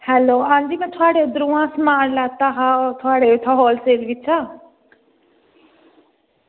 हां जी में थुआढ़े उद्धर दा समान लैता हा थुआढ़े इत्थां होलसेल बिच्चा